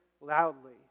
loudly